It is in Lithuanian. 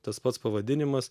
tas pats pavadinimas